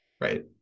right